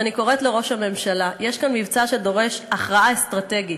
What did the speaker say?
ואני קוראת לראש הממשלה: יש כאן מבצע שדורש הכרעה אסטרטגית.